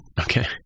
Okay